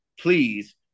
please